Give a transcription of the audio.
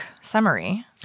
summary